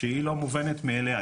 שהיא לא מובנת מאליה,